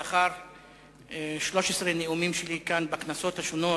לאחר 13 נאומים שלי בכנסות השונות,